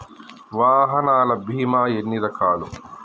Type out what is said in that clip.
వాహనాల బీమా ఎన్ని రకాలు?